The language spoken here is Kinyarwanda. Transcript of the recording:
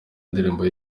indirimbo